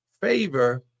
favor